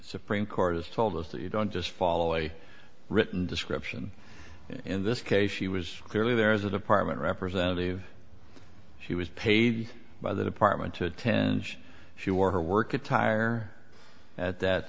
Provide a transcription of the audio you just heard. supreme court has told us that you don't just follow a written description in this case she was clearly there was a department representative she was paid by the department to attend she wore her work attire at that